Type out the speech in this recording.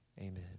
amen